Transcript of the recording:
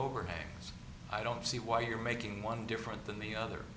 over i don't see why you're making one different than the other